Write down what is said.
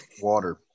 Water